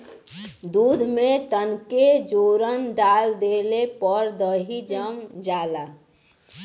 दूध में तनके जोरन डाल देले पर दही जम जाला